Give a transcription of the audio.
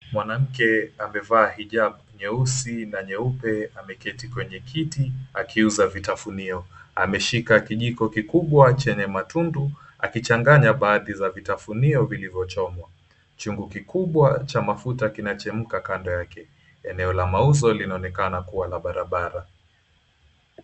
Mwanamke amevaa hijab nyeusi na nyeupe, ameketi kwenye kiti akiuza vitafunio , ameshika kijiko kikubwa chenye matundu akichanganya baadhi za vitafunio vilivyochomwa. Chungu kikubwa cha mafuta kinachemka kando yake. Eneo la mauzo linaonekana kuwa la barabara.